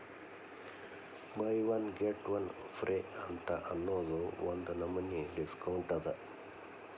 by one get one free ಅಂತ್ ಅನ್ನೂದು ಒಂದ್ ನಮನಿ ಡಿಸ್ಕೌಂಟ್ ಅದ